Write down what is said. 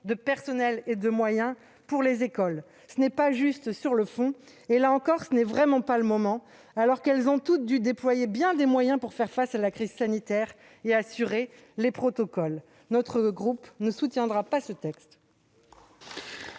de personnels et de moyens pour les écoles. Ce n'est pas juste sur le fond et, là encore, ce n'est vraiment pas le moment, alors qu'elles ont toutes dû déployer bien des moyens pour faire face à la crise sanitaire et assurer la mise en oeuvre des protocoles. Notre groupe ne soutiendra pas ce texte.